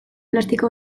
plastiko